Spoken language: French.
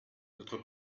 d’autre